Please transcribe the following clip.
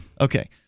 Okay